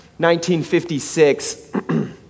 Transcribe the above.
1956